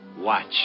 Watch